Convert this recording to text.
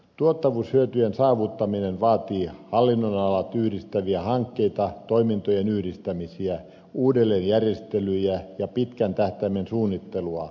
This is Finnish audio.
tuottavuushyötyjen saavuttaminen vaatii hallinnonalat yhdistäviä hankkeita toimintojen yhdistämisiä uudelleenjärjestelyjä ja pitkän tähtäimen suunnittelua